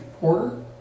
porter